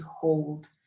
hold